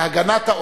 להגנת.